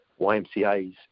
ymcas